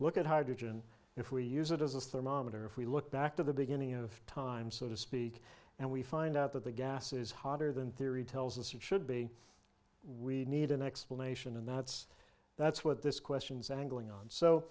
look at hydrogen if we use it as a thermometer if we look back to the beginning of time so to speak and we find out that the gas is hotter than theory tells us it should be we need an explanation and that's that's what this question's angling on so